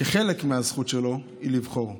חלק מהזכות שלו היא לבחור,